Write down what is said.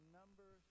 number